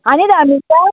आनी दा मिनटां